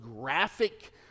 graphic